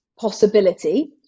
possibility